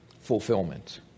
fulfillment